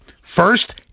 First